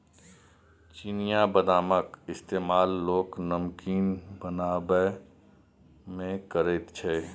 चिनियाबदामक इस्तेमाल लोक नमकीन बनेबामे करैत छै